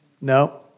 No